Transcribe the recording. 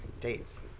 dates